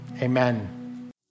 Amen